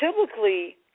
typically